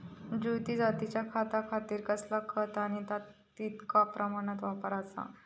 ज्योती जातीच्या भाताखातीर कसला खत आणि ता कितक्या प्रमाणात वापराचा?